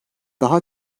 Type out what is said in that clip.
daha